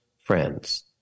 friends